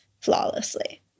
flawlessly